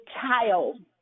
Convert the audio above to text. child